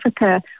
Africa